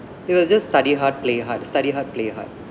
it was just study hard play hard study hard play hard